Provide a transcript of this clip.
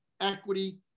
equity